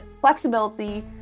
flexibility